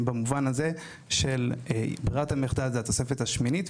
במובן הזה של ברירת המחדל זה התוספת השמינית,